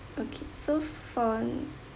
okay so for